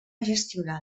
gestionar